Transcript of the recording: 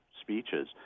speeches